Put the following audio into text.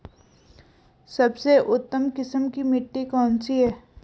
सबसे उत्तम किस्म की मिट्टी कौन सी है?